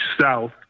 South